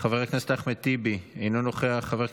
חבר הכנסת אחמד טיבי, אינו נוכח,